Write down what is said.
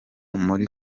muri